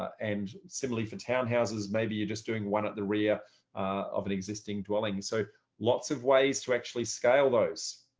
ah and similarly, for townhouses, maybe you're just doing one at the rear of an existing dwelling. so lots of ways to actually scale those.